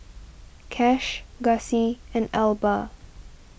Cash Gussie and Elba